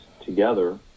together